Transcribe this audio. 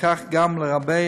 וכך גם לגבי